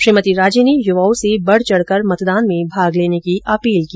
श्रीमती राजे ने युवाओं से बढचढकर मतदान में भाग लेने की अपील की